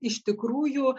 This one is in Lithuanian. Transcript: iš tikrųjų